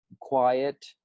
quiet